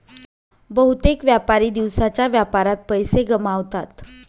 बहुतेक व्यापारी दिवसाच्या व्यापारात पैसे गमावतात